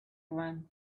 run